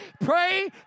Pray